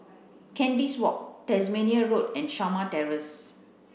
Kandis Walk Tasmania Road and Shamah Terrace